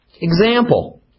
Example